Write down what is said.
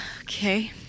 Okay